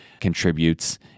contributes